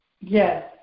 Yes